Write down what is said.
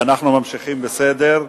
אנחנו ממשיכים בסדר-היום.